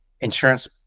insurance